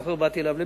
באתי אליו לביקור.